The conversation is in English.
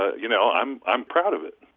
ah you know i'm i'm proud of it